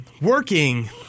working